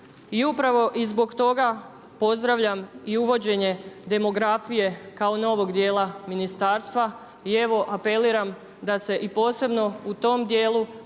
I upravo i zbog toga pozdravljam i uvođenje demografije kao novog dijela ministarstva. I evo apeliram da se i posebno u tom dijelu